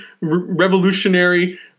revolutionary